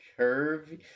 Curvy